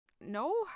No